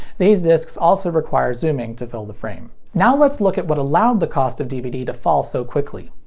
these discs also require zooming to fill the frame. now let's look at what allowed the cost of dvd to fall so quickly.